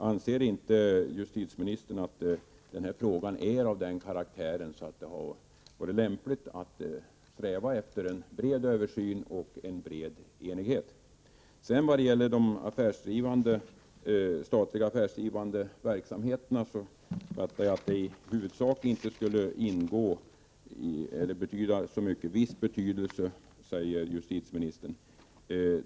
Anser inte justitieministern att denna fråga är av den karaktären att det är lämpligt att sträva efter en bred översyn och bred enighet? När det gäller de statliga affärsdrivande verksamheterna säger justitieministern att det förslag som föreligger kommer att få viss betydelse även för dem.